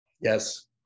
Yes